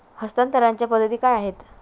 हस्तांतरणाच्या पद्धती काय आहेत?